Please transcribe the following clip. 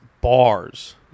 bars